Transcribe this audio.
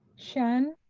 sean,